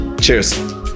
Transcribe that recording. cheers